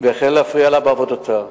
והחל להפריע לה בעבודתה.